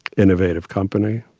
innovative company,